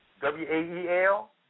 W-A-E-L